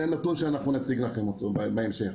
זה נתון שאנחנו נציג לכם אותו בהמשך.